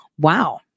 Wow